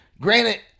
granted